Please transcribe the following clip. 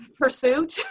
pursuit